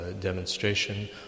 demonstration